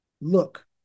look